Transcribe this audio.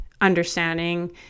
understanding